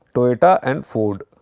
toyota and ford.